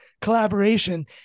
collaboration